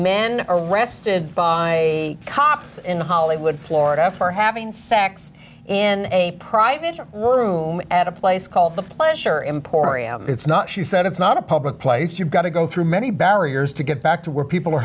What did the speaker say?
men arrested by cops in hollywood florida after having sex in a private room at a place called the pleasure import it's not she said it's not a public place you've got to go through many barriers to get back to where people